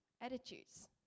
attitudes